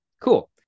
Cool